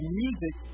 music